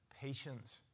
Patience